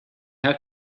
have